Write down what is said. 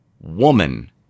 Woman